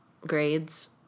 grades